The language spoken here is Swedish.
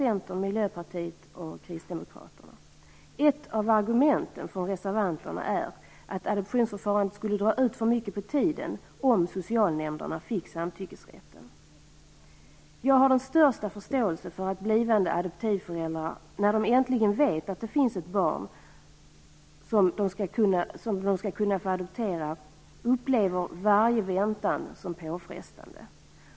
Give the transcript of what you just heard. Ett av argumenten från reservanterna är att adoptionsförfarandet skulle dra ut för mycket på tiden om socialnämnderna fick samtyckesrätten. Jag har den största förståelse för att blivande adoptivföräldrar, när de äntligen vet att det finns ett barn som de kan få adoptera, upplever varje väntan som påfrestande.